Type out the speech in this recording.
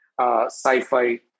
sci-fi